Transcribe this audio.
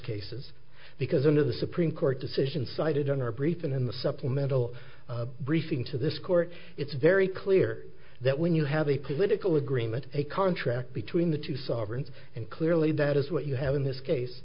cases because under the supreme court decision cited in our brief and in the supplemental briefing to this court it's very clear that when you have a political agreement a contract between the two sovereigns and clearly that is what you have in this case